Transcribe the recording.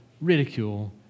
ridicule